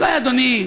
אולי אדוני,